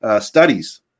studies